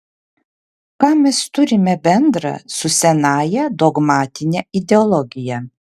ką mes turime bendra su senąja dogmatine ideologija